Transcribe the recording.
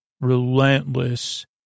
Relentless